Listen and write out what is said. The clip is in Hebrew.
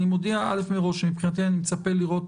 אני מודיע מראש שמבחינתי אני מצפה לראות